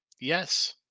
yes